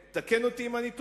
ותקן אותי אם אני טועה,